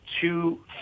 two